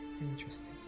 Interesting